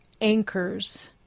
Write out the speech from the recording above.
anchors